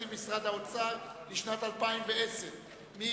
אני מצביע את הצעת הוועדה לתקציב משרד האוצר לשנת 2009. מי